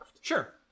Sure